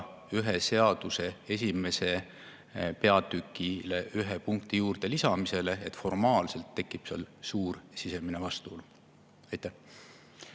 ühe seaduse esimesele peatükile ühe punkti lisamisega. Formaalselt tekib seal suur sisemine vastuolu. Aitäh